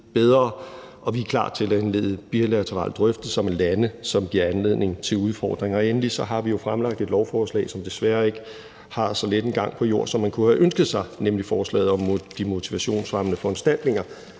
bedre, og vi er klar til at indlede bilaterale drøftelser med lande, som giver anledning til udfordringer. Endelig har vi jo fremlagt et lovforslag, som desværre ikke har så let gang på jord, som man kunne have ønsket sig, nemlig forslaget om de motivationsfremmende foranstaltninger,